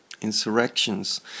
insurrections